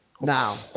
Now